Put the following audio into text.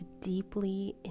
deeply